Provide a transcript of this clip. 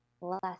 less